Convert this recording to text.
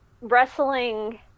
wrestling